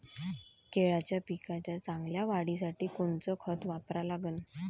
केळाच्या पिकाच्या चांगल्या वाढीसाठी कोनचं खत वापरा लागन?